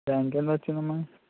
rank ఎంత వచ్చింది అమ్మ